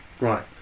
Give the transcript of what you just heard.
Right